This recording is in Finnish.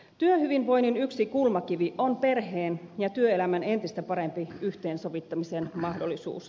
työhyvinvoinnin yksi kulmakivi on perheen ja työelämän entistä parempi yhteensovittamisen mahdollisuus